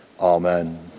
Amen